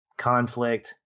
conflict